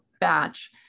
batch